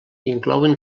inclouen